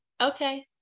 okay